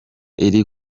iri